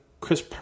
Chris